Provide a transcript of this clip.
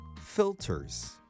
Filters